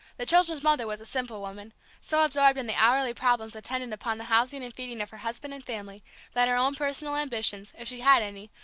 the children's mother was a simple woman so absorbed in the hourly problems attendant upon the housing and feeding of her husband and family that her own personal ambitions, if she had any,